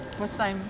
first time